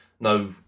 no